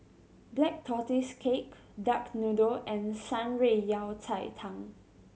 Black Tortoise Cake duck noodle and Shan Rui Yao Cai Tang